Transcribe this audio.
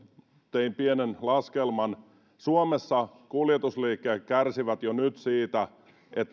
tein pienen laskelman suomessa kuljetusliikkeet kärsivät jo nyt siitä että